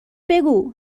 بگو